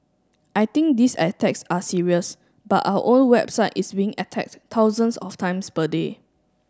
I think these attacks are serious but our own website is being attacked thousands of times per day